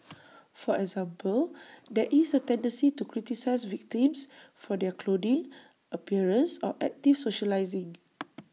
for example there is A tendency to criticise victims for their clothing appearance or active socialising